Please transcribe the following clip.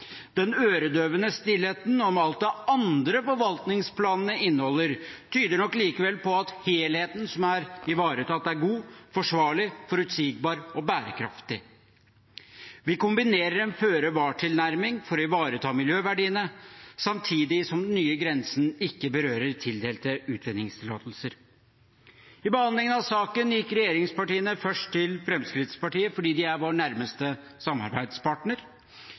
Den øredøvende stillheten om alt det andre forvaltningsplanene inneholder, tyder nok likevel på at helheten som er ivaretatt, er god, forsvarlig, forutsigbar og bærekraftig. Vi kombinerer en føre-var-tilnærming for å ivareta miljøverdiene, samtidig som den nye grensen ikke berører tildelte utvinningstillatelser. I behandlingen av saken gikk regjeringspartiene først til Fremskrittspartiet, for de er vår nærmeste samarbeidspartner.